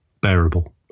bearable